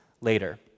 later